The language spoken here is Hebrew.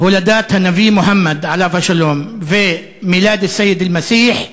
הולדת הנביא מוחמד עליו השלום ומילאד אל-סייד אל-מסיח,